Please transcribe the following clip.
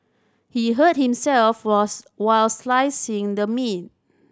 he hurt himself while slicing the meat